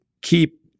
keep